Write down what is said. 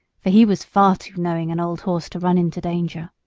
for he was far too knowing an old horse to run into danger.